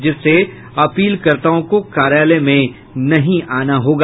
जिससे अपीलकर्ताओं को कार्यालय में नहीं आना होगा